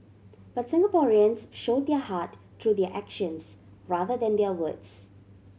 but Singaporeans show their heart through their actions rather than their words